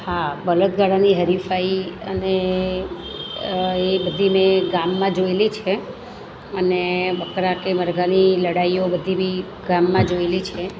હા બળદ ગાડાની હરીફાઈ અને એ બધી મેં ગામમાં જોએલી છે અને બકરા કે મરઘાની લડાઈઓ બધી મેં ગામમાં જોએલી છે